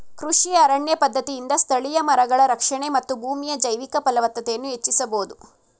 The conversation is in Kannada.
ಕೃಷಿ ಅರಣ್ಯ ಪದ್ಧತಿಯಿಂದ ಸ್ಥಳೀಯ ಮರಗಳ ರಕ್ಷಣೆ ಮತ್ತು ಭೂಮಿಯ ಜೈವಿಕ ಫಲವತ್ತತೆಯನ್ನು ಹೆಚ್ಚಿಸಬೋದು